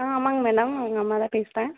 ஆ ஆமாம்ங்க மேடம் அவங்க அம்மா தான் பேசுகிறேன்